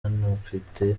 mfite